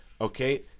Okay